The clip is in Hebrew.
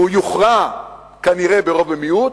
והוא יוכרע כנראה ברוב ומיעוט,